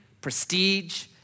prestige